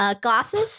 Glasses